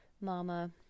Mama